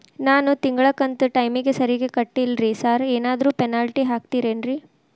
ನಾನು ತಿಂಗ್ಳ ಕಂತ್ ಟೈಮಿಗ್ ಸರಿಗೆ ಕಟ್ಟಿಲ್ರಿ ಸಾರ್ ಏನಾದ್ರು ಪೆನಾಲ್ಟಿ ಹಾಕ್ತಿರೆನ್ರಿ?